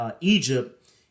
Egypt